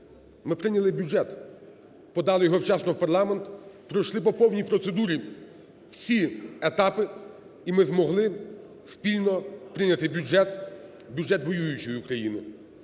Ми прийняли бюджет, подали його вчасно в парламент, пройшли по повній процедурі всі етапи. І ми змогли спільно прийняти бюджет, бюджет воюючої країни.